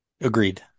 agreed